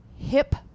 hip